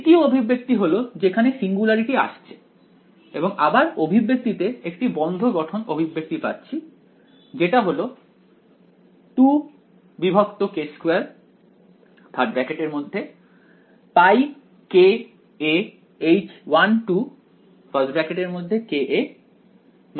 দ্বিতীয় অভিব্যক্তি হলো যেখানে সিঙ্গুলারিটি আসছে এবং আবার অভিব্যক্তিতে একটি বন্ধ গঠন অভিব্যক্তি পাচ্ছি যেটা হলো 2k2 πkaH1 2j